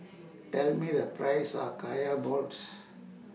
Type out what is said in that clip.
Tell Me The Price of Kaya Balls